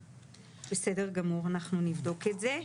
בסדר גמור, אנחנו נבדוק את זה.